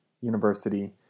University